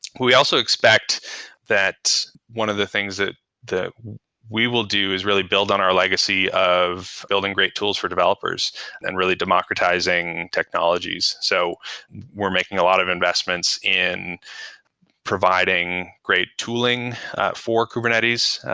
we also expect that one of the things that we will do is really build on our legacy of building great tools for developers and really democratizing technologies. so we're making a lot of investments in providing great tooling for kubernetes.